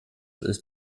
ist